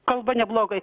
kalba neblogai